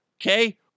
okay